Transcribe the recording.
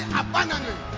abundantly